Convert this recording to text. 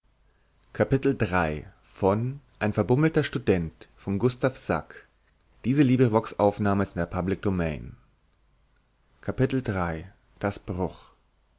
ein verbummelter student